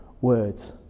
words